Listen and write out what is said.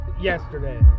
yesterday